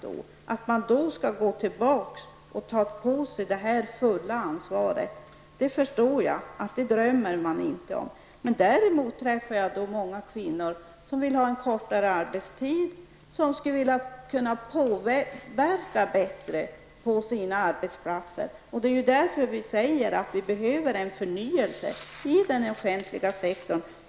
Jag förstår att man inte drömmer om att gå tillbaka till att ta på sig det fulla ansvaret för gamla och sjuka. Däremot träffar jag många kvinnor som vill ha kortare arbetstid och som skulle vilja kunna påverka mer på sina arbetsplatser. Det är därför vi säger att vi behöver en förnyelse i den offentliga sektorn.